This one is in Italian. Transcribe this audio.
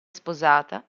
sposata